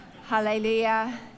Hallelujah